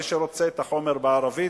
מי שרוצה את החומר בערבית,